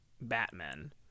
Batman